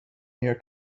near